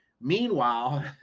Meanwhile